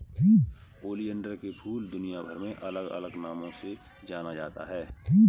oleander के फूल दुनियाभर में अलग अलग नामों से जाना जाता है